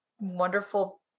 wonderful